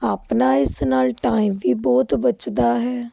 ਆਪਣਾ ਇਸ ਨਾਲ ਟਾਈਮ ਵੀ ਬਹੁਤ ਬਚਦਾ ਹੈ